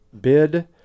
bid